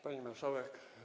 Pani Marszałek!